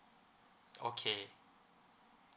okay